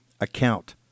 account